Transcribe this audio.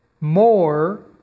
More